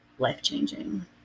life-changing